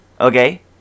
okay